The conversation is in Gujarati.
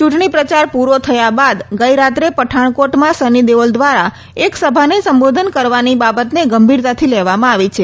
ચ્રંટણીપ્રચાર પૂરો થયા બાદ ગઇ રાત્રે પઠાણકોટમાં સની દેઓલ દ્વારા એક સભાને સંબોધન કરવાની બાબતને ગંભીરતાથી લેવામાં આવી છે